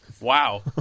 Wow